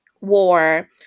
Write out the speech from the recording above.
war